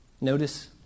Notice